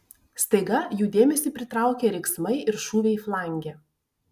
staiga jų dėmesį pritraukė riksmai ir šūviai flange